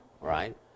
right